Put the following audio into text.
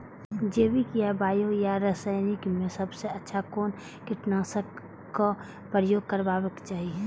जैविक या बायो या रासायनिक में सबसँ अच्छा कोन कीटनाशक क प्रयोग करबाक चाही?